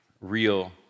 real